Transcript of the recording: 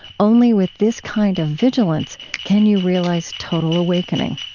only with this kind of vigilance can you realize total awakening.